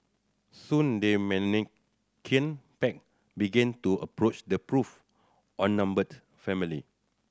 soon the menacing pack began to approach the poor outnumbered family